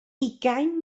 ugain